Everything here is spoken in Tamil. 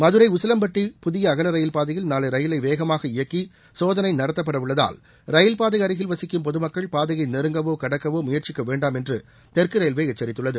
மதுரை உசிலம்பட்டி புதிய அகல ரயில் பாதையில் நாளை ரயிலை வேகமாக இயக்கி சோதனை நடத்தப்படவுள்ளதால் ரயில்பாதை அருகில் வசிக்கும் பொதுமக்கள் பாதையை நெருங்கவோ கடக்கவோ முயற்சிக்க வேண்டாம் என்று தெற்கு ரயில்வே எச்சரித்துள்ளது